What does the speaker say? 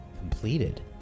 completed